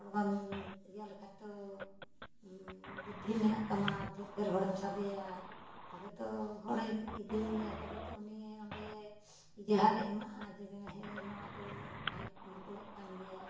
ᱦᱚᱲ ᱵᱟᱢ ᱤᱭᱟᱹ ᱞᱮᱠᱷᱟᱡ ᱛᱚ ᱵᱩᱫᱽᱫᱷᱤ ᱢᱮᱱᱟᱜ ᱛᱟᱢᱟ ᱦᱚᱲᱮᱢ ᱥᱟᱵᱮᱭᱟ ᱛᱚᱵᱮ ᱛᱚ ᱦᱚᱲᱮᱢ ᱤᱫᱤᱭᱮᱭᱟ ᱛᱚᱵᱮ ᱛᱚ ᱩᱱᱤ ᱚᱸᱰᱮ ᱡᱟᱦᱟᱸᱨᱮ ᱮᱢᱟᱜᱼᱟ ᱡᱮᱵᱮᱱ ᱦᱮᱸ ᱱᱚᱣᱟ ᱫᱚ ᱱᱩᱠᱩᱣᱟᱜ ᱠᱟᱱ ᱜᱮᱭᱟ